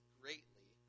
greatly